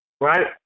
right